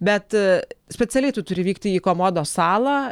bet specialiai tu turi vykti į komodo salą